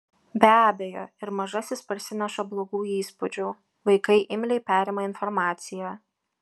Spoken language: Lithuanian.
be abejo ir mažasis parsineša blogų įspūdžių vaikai imliai perima informaciją